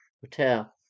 Hotel